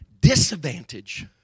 disadvantage